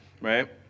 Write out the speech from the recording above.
right